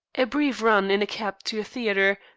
a brief run in a cab to a theatre,